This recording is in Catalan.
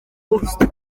gust